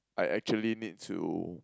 I actually need to